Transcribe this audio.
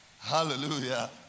Hallelujah